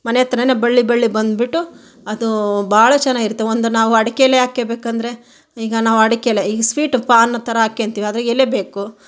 ಮನೆ ಹತ್ತಿರಾನೆ ಬಳ್ಳಿ ಬಳ್ಳಿ ಬಂದುಬಿಟ್ಟು ಅದು ಬಹಳ ಚೆನ್ನಾಗಿರುತ್ತೆ ಒಂದು ನಾವು ಅಡಿಕೆ ಎಲೆ ಹಾಕ್ಕಬೇಕೆಂದರೆ ಈಗ ನಾವು ಅಡಿಕೆ ಎಲೆ ಈ ಸ್ವೀಟ್ ಪಾನ್ ಥರ ಹಾಕ್ಯಂತೀವಿ ಆದರೆ ಎಲೆ ಬೇಕು